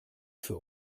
für